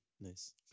nice